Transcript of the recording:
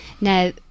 Now